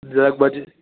જરાક બાજુથી